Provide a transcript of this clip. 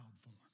form